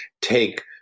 take